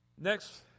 Next